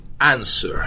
answer